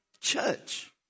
church